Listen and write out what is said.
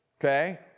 okay